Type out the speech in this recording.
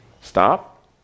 Stop